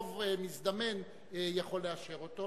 שרוב מזדמן יכול לאשר אותו?